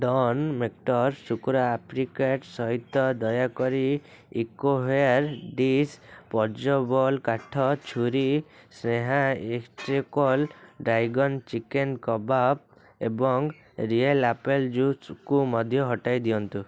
Don ମେକ୍ଟର୍ସ ଶୁଷ୍କ apricot ସହିତ ଦୟାକରି ଇକୋୱେର ଡିସ୍ କାଠ ଛୁରୀ ସ୍ନେହା ଡ୍ରାଗନ୍ ଚିକେନ୍ କବାବ୍ ଏବଂ ରିଏଲ୍ ଆପେଲ୍ ଜୁସ୍କୁ ମଧ୍ୟ ହଟାଇ ଦିଅନ୍ତୁ